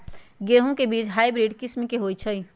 गेंहू के बीज हाइब्रिड किस्म के होई छई?